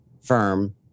firm